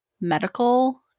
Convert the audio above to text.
medical